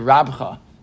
Rabcha